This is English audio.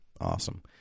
Awesome